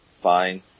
fine